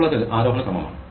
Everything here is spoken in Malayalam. ഇപ്പോൾ അത് ആരോഹണ ക്രമമാണ്